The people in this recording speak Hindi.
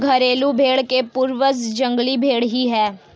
घरेलू भेंड़ के पूर्वज जंगली भेंड़ ही है